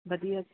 ਵਧੀਆ ਜੀ